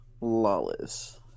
lawless